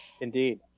Indeed